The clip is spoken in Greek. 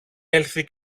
έλθει